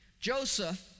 Joseph